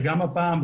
וגם הפעם,